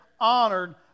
honored